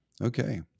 Okay